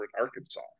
Arkansas